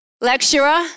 lecturer